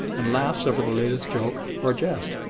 and laughs over the latest joke or jest.